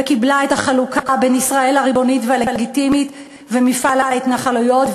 וקיבלה את החלוקה בין ישראל הריבונית והלגיטימית ומפעל ההתנחלויות,